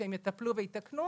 שהם יטפלו ויתקנו,